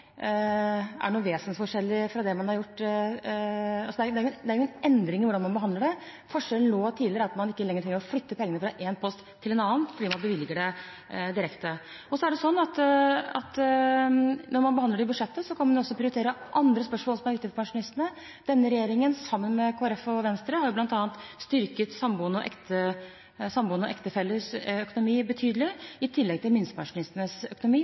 det. Forskjellen mellom nå og tidligere er at man ikke trenger å flytte pengene fra en post til en annen, fordi man bevilger det direkte. Og når man behandler det i budsjettet, kan man også prioritere andre spørsmål som er viktig for pensjonistene. Denne regjeringen, sammen med Kristelig Folkeparti og Venstre, har bl.a. styrket samboende og ektefellers økonomi betydelig i tillegg til minstepensjonistenes økonomi,